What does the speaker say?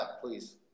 please